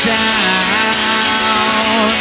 down